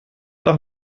doch